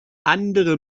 andere